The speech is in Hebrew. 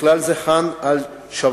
ובכלל זה חאן אל-שווארדה,